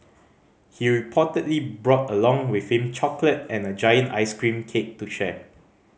he reportedly brought along with him chocolate and a giant ice cream cake to share